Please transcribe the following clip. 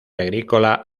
agrícola